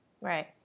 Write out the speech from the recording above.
Right